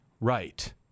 right